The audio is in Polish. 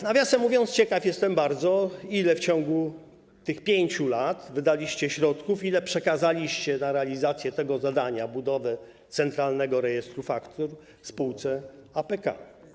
Nawiasem mówiąc, ciekaw jestem bardzo, ile w ciągu tych 5 lat wydaliście środków, ile przekazaliście na realizację tego zadania, tj. budowę Centralnego Rejestru Faktur, spółce AK.